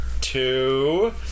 two